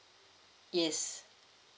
yes